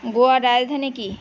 গোয়ার রাজধানী কি